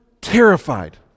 terrified